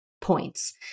points